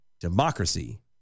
democracy